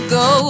go